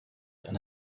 and